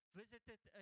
visited